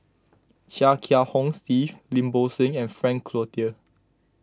Chia Kiah Hong Steve Lim Bo Seng and Frank Cloutier